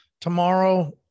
tomorrow